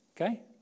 Okay